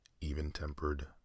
even-tempered